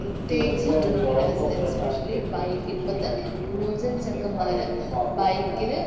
പ്രത്യേകിച്ച് two wheelers especially bike ഇപ്പോഴത്തെ new gen ചെക്കന്മാർ ബൈക്കിൽ